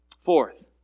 Fourth